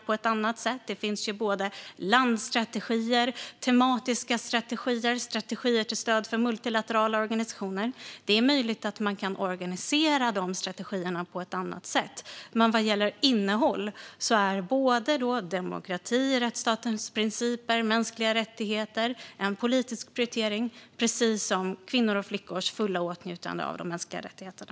Det finns både landstrategier, tematiska strategier och strategier till stöd för multilaterala organisationer, och det är möjligt att de kan organiseras på ett annat sätt. Vad gäller innehåll är både demokrati, rättsstatens principer och mänskliga rättigheter en politisk prioritering, precis som kvinnors och flickors fulla åtnjutande av de mänskliga rättigheterna.